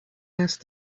asked